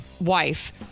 wife